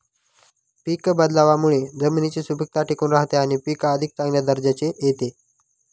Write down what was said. पीक बदलावामुळे जमिनीची सुपीकता टिकून राहते आणि पीक अधिक चांगल्या दर्जाचे येते